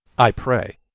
i pray.